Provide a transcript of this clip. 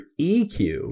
EQ